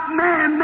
man